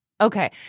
Okay